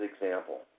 example